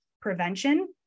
prevention